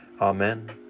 Amen